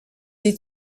sie